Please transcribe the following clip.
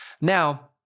Now